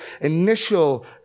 initial